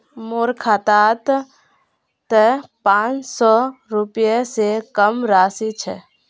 मोर खातात त पांच सौ रुपए स कम राशि छ